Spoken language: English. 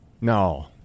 No